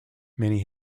many